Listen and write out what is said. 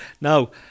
Now